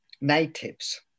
natives